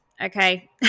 Okay